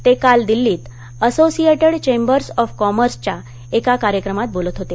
ते काल दिल्लीत असोसिएटेड चेंबर्स ऑफ कॉमर्सच्या एका कार्यक्रमात बोलत होते